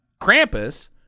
Krampus